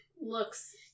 looks